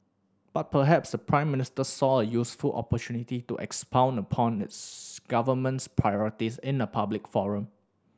but perhaps the Prime Minister saw a useful opportunity to expound upon his government's priorities in a public forum